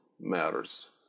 matters